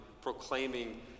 proclaiming